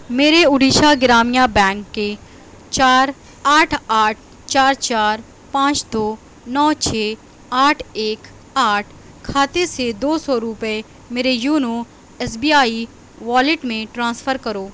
میرے اُڑیسہ گرامیہ بینک کے چار آٹھ آٹھ چار چار پانچ دو نو چھ آٹھ ایک آٹھ خاتے سے دو سو روپئے میرے YONO S B I wallet میں ٹرانسفر کرو